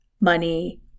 money